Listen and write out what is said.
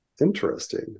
interesting